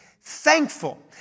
thankful